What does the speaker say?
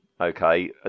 okay